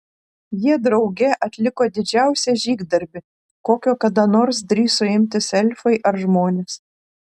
jie drauge atliko didžiausią žygdarbį kokio kada nors drįso imtis elfai ar žmonės